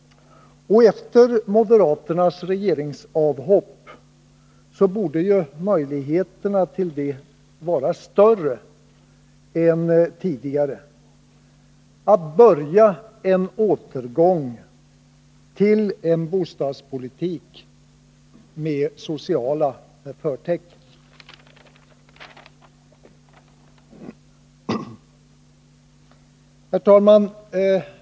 Efter moderaternas regeringsavhopp borde möjligheterna nu vara större än tidigare att påbörja en återgång till en bostadspolitik med sociala förtecken. Herr talman!